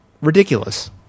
Ridiculous